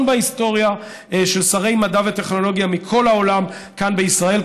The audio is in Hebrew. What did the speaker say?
בהיסטוריה של שרי מדע וטכנולוגיה מכל העולם כאן בישראל,